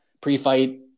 Pre-fight